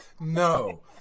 No